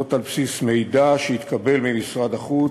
זאת על בסיס מידע שהתקבל ממשרד החוץ,